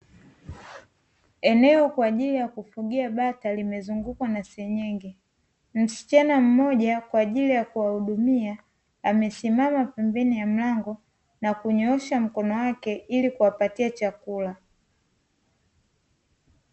Eneo kwa ajili ya kufugia bata limezungukwa na senyenge. Msichana mmoja kwa ajili ya kuwahudumia amesimama pembeni ya mlango na kunyoosha mkono wake ili kuwapatia chakula.